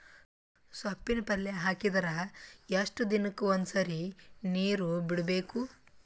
ಸೊಪ್ಪಿನ ಪಲ್ಯ ಹಾಕಿದರ ಎಷ್ಟು ದಿನಕ್ಕ ಒಂದ್ಸರಿ ನೀರು ಬಿಡಬೇಕು?